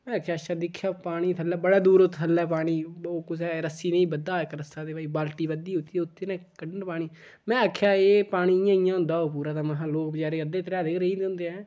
मैं आखेआ अच्छा दिखेआ पानी थल्लै बड़े दूर थल्लै पानी ब ओह् कुसै रस्सी ने बद्धे दा इक रस्सा ते भई बाल्टी बद्धी दी उत्थै कड्ढन पानी में आखेआ एह् पानी इयां इयां होंदा होग पूरा ते महा लोक बचैरे अद्धे त्रेहाए दे गै रेही जंदे ऐ